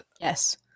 Yes